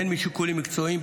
הן משיקולים מקצועיים,